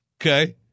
okay